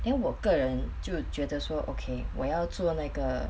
then 我个人就觉得说 okay 我要做那个